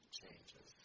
changes